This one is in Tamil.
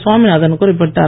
சுவாமிநாதன் குறிப்பிட்டார்